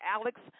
Alex